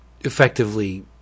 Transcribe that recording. effectively